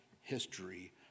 history